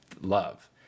love